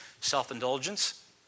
self-indulgence